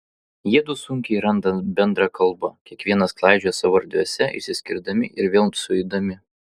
jiedu sunkiai randa bendrą kalbą kiekvienas klaidžioja savo erdvėse išsiskirdami ir vėl sueidami